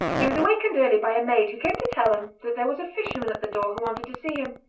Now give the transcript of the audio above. he was awakened early by a maid who came to tell him that there was a fisherman at the door who wanted to see him.